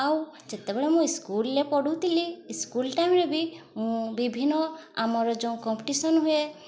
ଆଉ ଯେତେବେଳେ ମୁଁ ସ୍କୁଲରେ ପଢ଼ୁଥିଲି ସ୍କୁଲ ଟାଇମ୍ରେ ବି ମୁଁ ବିଭିନ୍ନ ଆମର ଯେଉଁ କମ୍ପିଟିସନ ହୁଏ